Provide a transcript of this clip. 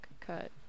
cut